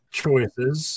choices